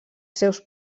seus